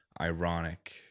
ironic